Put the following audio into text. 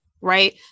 Right